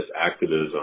activism